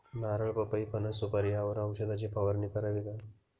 नारळ, पपई, फणस, सुपारी यावर औषधाची फवारणी करावी का?